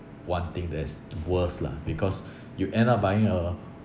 one thing that is worse lah because you end up buying a